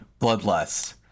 Bloodlust